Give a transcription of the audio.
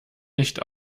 nicht